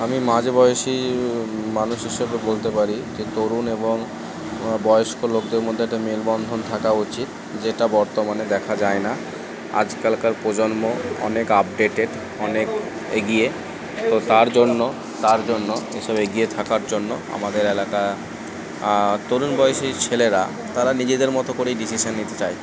আমি মাঝ বয়সী মানুষ হিসাবে বলতে পারি যে তরুণ এবং বয়স্ক লোকদের মধ্যে একটা মেলবন্ধন থাকা উচিত যেটা বর্তমানে দেখা যায় না আজকালকার প্রজন্ম অনেক আপডেটেড অনেক এগিয়ে তো তার জন্য তার জন্য এসব এগিয়ে থাকার জন্য আমাদের এলাকা তরুণ বয়সী ছেলেরা তারা নিজেদের মতো করেই ডিসিশান নিতে চায়